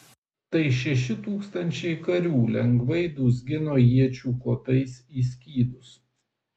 tai šeši tūkstančiai karių lengvai dūzgino iečių kotais į skydus